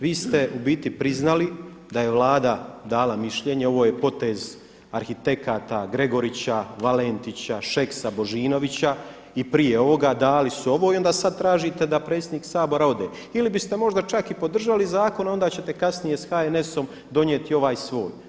Vi ste u biti priznali da je Vlada dala mišljenje, ovo je potez arhitekata Gregorića, Valentića, Šeksa, Božinovića i prije ovoga, dali su ovo i onda sada tražite da predsjednik Sabora ode ili biste možda čak i podržali zakon onda ćete kasnije sa HNS-om donijeti ovaj svoj.